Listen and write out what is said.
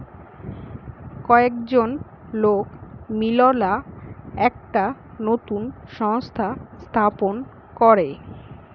কয়েকজন লোক মিললা একটা নতুন সংস্থা স্থাপন করে